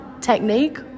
technique